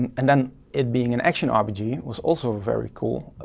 and and then it being an action rpg was also very cool,